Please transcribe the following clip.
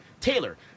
Taylor